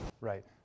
Right